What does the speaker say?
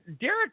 Derek